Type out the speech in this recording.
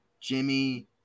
Jimmy